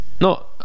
No